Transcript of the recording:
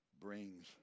brings